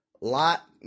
lot